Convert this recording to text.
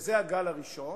שזה הגל הראשון,